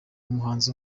umuhanzi